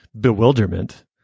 bewilderment